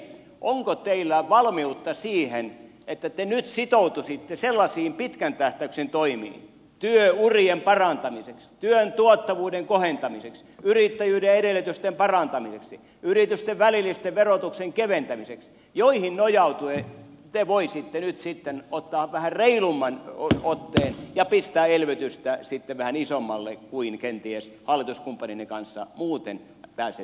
onko teillä valmiutta siihen että te nyt sitoutuisitte sellaisiin pitkän tähtäyksen toimiin työurien parantamiseksi työn tuottavuuden kohentamiseksi yrittäjyyden edellytysten parantamiseksi yritysten välillisen verotuksen keventämiseksi joihin nojautuen te voisitte nyt sitten ottaa vähän reilumman otteen ja pistää elvytystä sitten vähän isommalle kuin kenties hallituskumppaneiden kanssa muuten pääsisitte eteenpäin